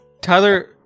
Tyler